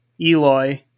Eloy